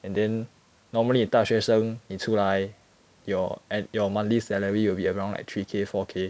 and then normally 大学生你出来 your and your monthly salary will be around like three K four K